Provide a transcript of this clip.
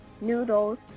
noodles